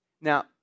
Now